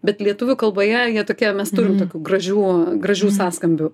bet lietuvių kalboje jie tokie mes turim tokių gražių gražių sąskambių